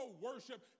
worship